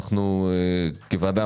כוועדה,